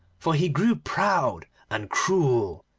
for he grew proud, and cruel,